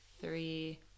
three